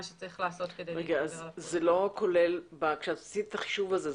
שצריך לעשות --- כשאת עשית את החישוב הזה,